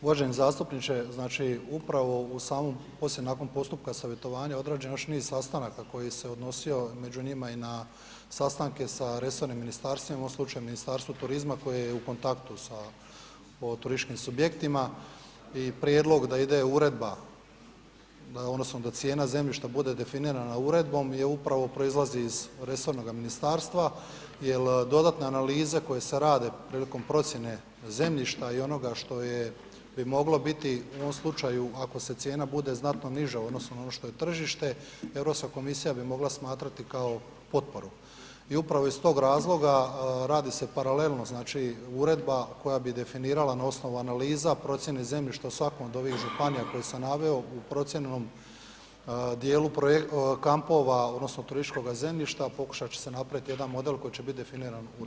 Uvaženi zastupniče, znači upravo u samom poslije nakon postupka savjetovanja je odrađeno još niz sastanaka koji se odnosio među njima i na sastanke sa resornim ministarstvima, u ovom slučaju Ministarstvom turizma koje je u kontaktu sa po turističkim subjektima i prijedlog da ide uredba odnosno da cijena zemljišta bude definirana uredbom je upravo proizlazi iz resornoga ministarstva jel dodatne analize koje se rade prilikom procjene zemljišta i onoga što je bi moglo biti u ovom slučaju ako se cijena bude znatno niža u odnosu na ono što je tržište, Europska komisija bi mogla smatrati kao potporu i upravo iz tog razloga radi se paralelno znači uredba koja bi definirala na osnovu analiza, procjenu zemljišta u svakoj od ovih županija u svakoj od ovih županija koje sam naveo u procijenjenom djelu kampova odnosno turističkoga zemljišta, pokušat će se napraviti jedan model koji će biti definiran uredbom.